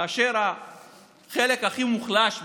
כאשר החלק הכי מוחלש בחברה,